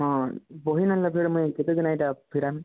ହଁ ବହି ନେଲେ ଫେର୍ ମୁଁଇଁ କେତେ ଦିନେ ଫେରାମି